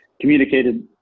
communicated